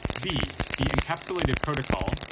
b, the encapsulated protocol,